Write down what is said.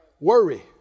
Worry